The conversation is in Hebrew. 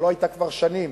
שלא היתה כבר שנים,